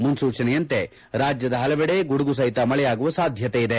ಮುನ್ಸೂಚನೆಯಂತೆ ರಾಜ್ಯದ ಹಲವೆಡೆ ಗುಡುಗು ಸಹಿತ ಮಳೆಯಾಗುವ ಸಾಧ್ಯತೆ ಇದೆ